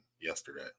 yesterday